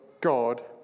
God